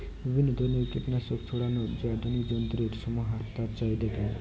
বিভিন্ন ধরনের কীটনাশক ছড়ানোর যে আধুনিক যন্ত্রের সমাহার তার চাহিদা কেমন?